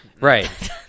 Right